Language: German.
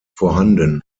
vorhanden